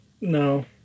No